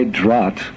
drought